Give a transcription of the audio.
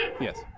Yes